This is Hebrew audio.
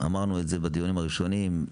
אמרנו את זה בדיונים הראשונים,